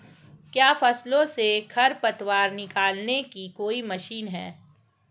क्या फसलों से खरपतवार निकालने की कोई मशीन है?